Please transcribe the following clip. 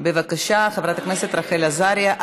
בבקשה, חברת הכנסת רחל עזריה,